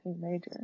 major